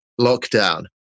lockdown